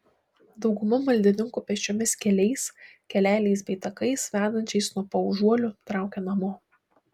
dauguma maldininkų pėsčiomis keliais keleliais bei takais vedančiais nuo paužuolių traukia namo